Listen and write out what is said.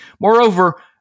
Moreover